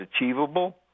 achievable